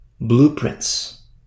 blueprints